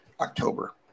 october